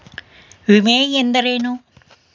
ವಿಮೆ ಎಂದರೇನು?